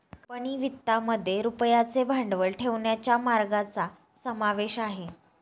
company वित्तामध्ये रुपयाचे भांडवल ठेवण्याच्या मार्गांचा समावेश आहे